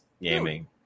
gaming